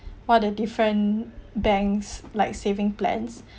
what the different banks like saving plans